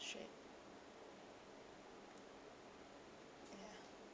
straight ya